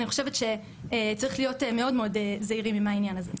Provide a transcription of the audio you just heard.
אני חושבת שצריך להיות מאוד זהירים עם העניין הזה.